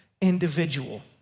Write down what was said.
individual